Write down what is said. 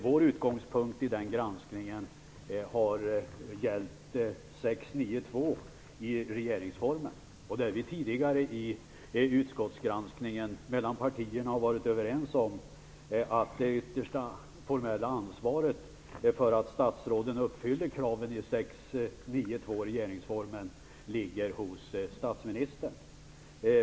Vår utgångspunkt i den granskningen har gällt 6 kap. 9 § andra stycket i regeringsformen. Vi har tidigare i utskottsgranskningen mellan partierna varit överens om att det yttersta formella ansvaret för att statsråden uppfyller kraven i 6 kap. 9 § andra stycket i regeringsformen ligger hos statsministern.